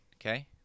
Okay